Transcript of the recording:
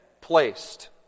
placed